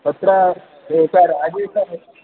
तत्र एकः राजेशः